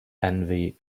envy